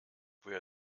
woher